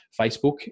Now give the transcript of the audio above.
Facebook